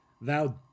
thou